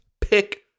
pick